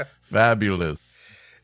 fabulous